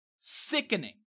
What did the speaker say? sickening